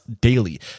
daily